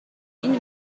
une